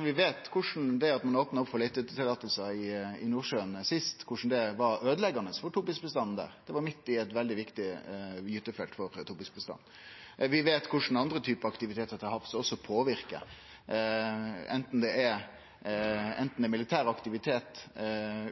Vi veit at det var øydeleggjande for tobisbestanden sist ein opna opp for leiteløyve i Nordsjøen. Det var midt i eit veldig viktig gytefelt for tobisbestanden. Vi veit korleis andre typar aktivitetar til havs også påverkar, anten det er militær aktivitet